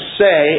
say